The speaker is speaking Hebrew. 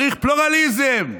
צריך פלורליזם.